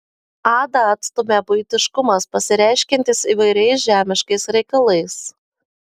adą atstumia buitiškumas pasireiškiantis įvairiais žemiškais reikalais